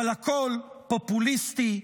אבל הכול פופוליסטי,